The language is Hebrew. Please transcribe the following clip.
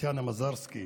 טטיאנה מזרסקי